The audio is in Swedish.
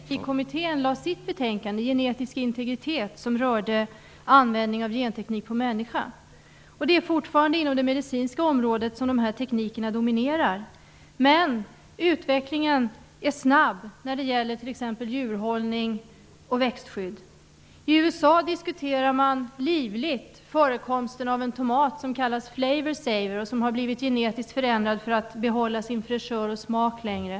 Herr talman! Äntligen finns det på riksdagens bord ett förslag om lagstiftning rörande avancerad bioteknik att ta ställning till. Det har tagit tid. Det är tio år sedan Gen-etikkommittén lade fram sitt betänkande Genetisk integritet, som rörde användning av genteknik på människan. Det är fortfarande inom det medicinska området som dessa tekniker dominerar. Men utvecklingen är snabb när det gäller t.ex. djurhållning och växtskydd. I USA diskuterar man livligt förekomsten av en tomat som kallas ''Flavour Saver'', som har blivit genetiskt förändrad för att behålla sin fräschör och smak längre.